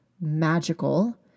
magical